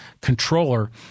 controller